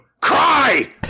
Cry